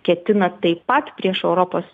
ketina taip pat prieš europos